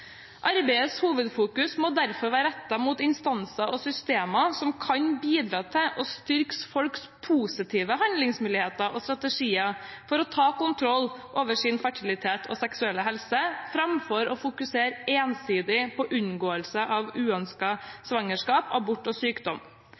Arbeidets hovedfokusering må derfor være rettet mot instanser og systemer som kan bidra til å styrke folks positive handlingsmuligheter og strategier for å ta kontroll over sin fertilitet og seksuelle helse, framfor å fokusere ensidig på unngåelse av uønskede svangerskap, abort og sykdom.